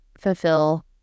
fulfill